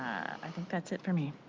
i think that's it for me.